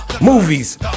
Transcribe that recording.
movies